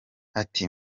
ati